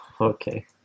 Okay